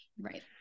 Right